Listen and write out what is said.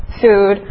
food